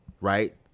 right